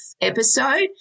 episode